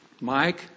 Mike